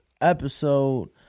episode